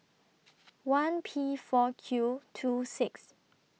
one P four Q two six